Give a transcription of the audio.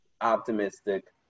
optimistic